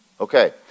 Okay